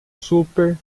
super